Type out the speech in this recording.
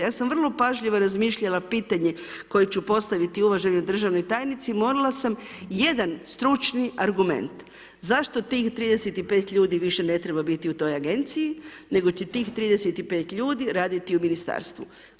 Ja sam vrlo pažljivo razmišljala, pitanje koje ću postaviti uvaženoj državnoj tajnici, morala sam jedan stručni argument, zašto tih 35 ljudi, više ne treba biti u toj agenciji, nego će tih 35 ljudi raditi u ministarstvu.